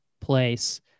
place